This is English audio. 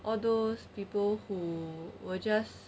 all those people who were just